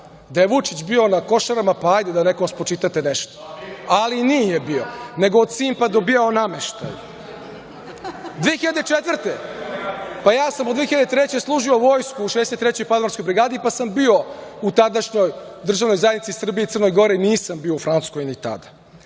Da je Vučić bio na Košarama, pa hajde, da nekome spočitate nešto. Ali nije bio, nego je od "Simpa" dobijao nameštaj. Ja sam u 2003. godini služio vojsku u 63. padobranskoj brigadi pa sam bio u tadašnjoj Držanoj zajednici Srbija i Crna Gora, nisam bio u Francuskoj ni